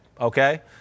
okay